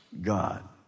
God